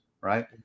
right